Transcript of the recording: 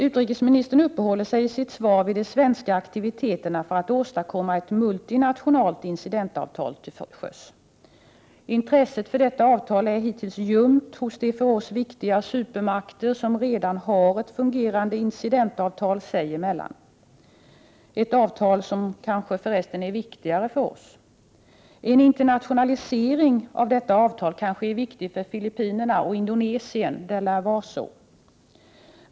Utrikesministern uppehåller sig i sitt svar vid de svenska aktiviteterna för att åstadkomma ett multinationellt incidentavtal till sjöss. Intresset för detta avtal är hittills ljumt hos de för oss viktiga supermakter som redan har ett fungerande incidentavtal sig emellan — ett avtal som kanske för resten är viktigare för oss. En internationalisering av avtalet är kanske också viktig — för Filippinerna och Indonesien. Det lär vara så.